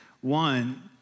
one